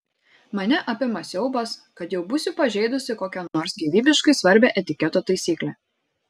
mane apima siaubas kad jau būsiu pažeidusi kokią nors gyvybiškai svarbią etiketo taisyklę